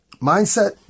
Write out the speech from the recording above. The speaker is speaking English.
mindset